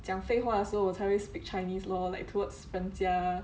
讲废话的时候我才会 speak chinese lor like towards 人家